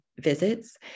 visits